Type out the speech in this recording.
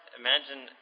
imagine